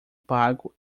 pago